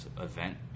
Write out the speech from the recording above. event